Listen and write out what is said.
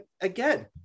again